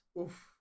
Oof